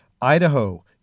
Idaho